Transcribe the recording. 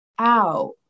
ow